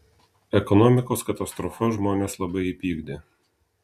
ekonomikos katastrofa žmones labai įpykdė